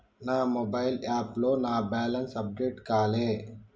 నా మొబైల్ యాప్లో నా బ్యాలెన్స్ అప్డేట్ కాలే